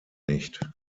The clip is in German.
nicht